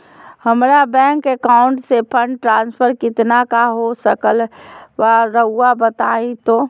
हमरा bank account से fund transfer कितना का हो सकल बा रुआ बताई तो?